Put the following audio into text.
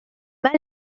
mal